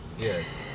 yes